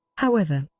however,